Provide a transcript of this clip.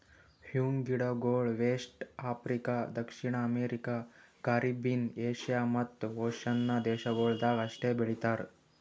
M ಗಿಡಗೊಳ್ west Africa, ದಕ್ಷಿಣ America, Caribbean, Asia ಮತ್ತ್ ಓಷನ್ನ ದೇಶಗೊಳ್ದಾಗ್ ಅಷ್ಟೆ ಬೆಳಿತಾರ್